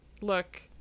look